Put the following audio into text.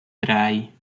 drei